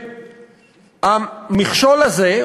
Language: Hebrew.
והמכשול הזה,